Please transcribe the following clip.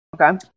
okay